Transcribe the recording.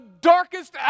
darkest